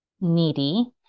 needy